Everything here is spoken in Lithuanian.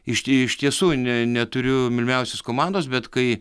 išti iš tiesų ne neturiu mylimiausios komandos bet kai